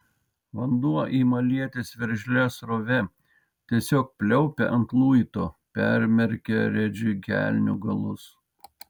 vanduo ima lietis veržlia srove tiesiog pliaupia ant luito permerkia redžiui kelnių galus